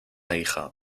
hija